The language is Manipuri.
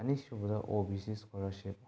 ꯑꯅꯤ ꯁꯨꯕꯗ ꯑꯣ ꯕꯤ ꯁꯤ ꯁ꯭ꯀꯣꯂꯔꯁꯤꯞ